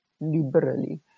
liberally